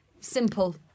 Simple